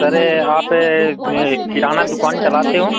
sir आप किराना दुक़ान चलाते हो